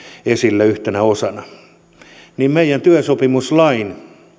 esille yhtenä osana meidän työsopimuslaissa